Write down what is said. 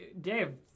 Dave